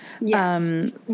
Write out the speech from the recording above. Yes